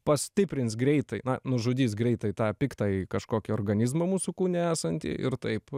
pastiprins greitai na nužudys greitai tą piktąjį kažkokį organizmą mūsų kūne esantį ir taip